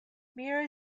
meera